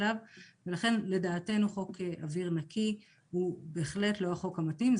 לכן לדעתנו חוק אוויר נקי הוא בהחלט לא החוק המתאים.